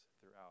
throughout